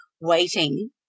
waiting